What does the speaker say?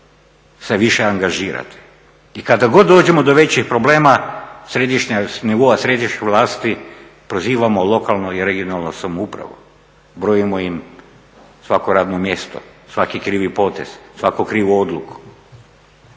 se više angažirati. I kada god dođemo do većih problema središnja, nivoa središnje vlasti prozivamo lokalnu i regionalnu samoupravu, brojimo im svako radno mjesto, svaki krivi potez, svaku krivu odluku.